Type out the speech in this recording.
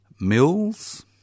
Mills